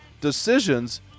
decisions